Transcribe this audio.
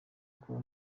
kuba